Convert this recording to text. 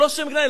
הוא לא שם גנאי.